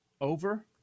Over